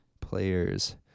players